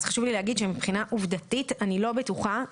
חשוב לי להגיד שמבחינה עובדתית אני לא בטוחה,